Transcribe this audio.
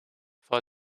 for